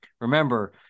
remember